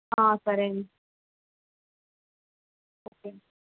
సరే అండి ఓకే